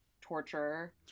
torture